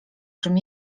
czym